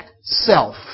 self